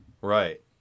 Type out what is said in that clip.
Right